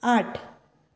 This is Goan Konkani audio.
आठ